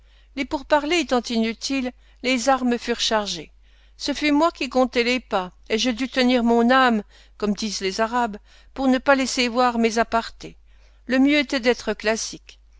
les pourparlers étant inutiles les armes furent chargées ce fut moi qui comptai les pas et je dus tenir mon âme comme disent les arabes pour ne pas laisser voir mes a parte le mieux était d'être classique